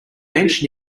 bench